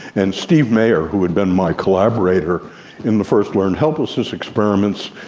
and steve maier, who had been my collaborator in the first learned helplessness experiments,